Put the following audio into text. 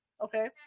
okay